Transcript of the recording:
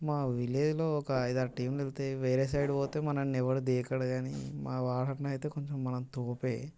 మా విలేజ్లో ఒక అయిదు ఆరు టీంలు వెళ్తాయి వేరే సైడ్ పోతే మనల్ని ఎవరు దేకడు కానీ మా వాడకి అయితే మనం కొంచెం తోపే